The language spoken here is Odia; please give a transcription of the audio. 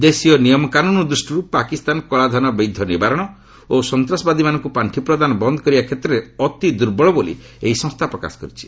ଦେଶୀୟ ନିୟମକାନୁନ୍ ଦୃଷ୍ଟିରୁ ପାକିସ୍ତାନ କଳାଧନ ବୈଧ ନିବାରଣ ଓ ସନ୍ତାସବାଦୀମାନଙ୍କୁ ପାର୍ଷି ପ୍ରଦାନ ବନ୍ଦ କରିବା କ୍ଷେତ୍ରରେ ଅତି ଦୁର୍ବଳ ବୋଲି ଏହି ସଂସ୍ଥା ପ୍ରକାଶ କରିଛି